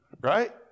Right